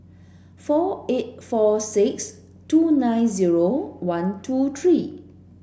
four eight four six two nine zero one two three